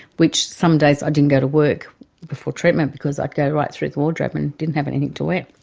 which some days i didn't go to work before treatment because i'd go right through the wardrobe and didn't have anything to wear.